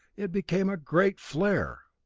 it became a great flare.